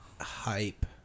hype